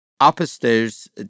upstairs